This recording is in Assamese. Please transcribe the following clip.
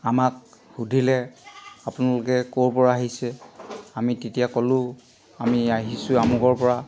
আমাক সুধিলে আপোনালোকে ক'ৰ পৰা আহিছে আমি তেতিয়া ক'লো আমি আহিছোঁ আমুকৰপৰা